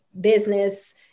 business